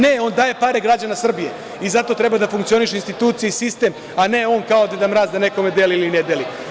Ne, on daje pare građana Srbije i zato treba da funkcionišu institucije i sistem, a ne on kao Deda Mraz da nekome deli ili ne deli.